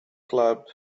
club